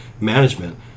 management